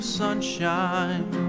sunshine